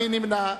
מי נמנע?